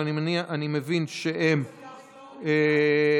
אבל אני מבין שהן הוסרו.